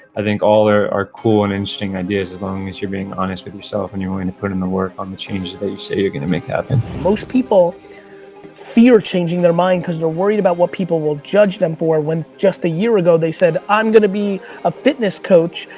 i think all are are cool and interesting ideas as long as you're being honest with yourself and you're willing to put in the work on the change that you say you're going to make happen. most people fear changing their mind because they're worried about what people will judge them for when just a year ago they said i'm going to be a fitness coach,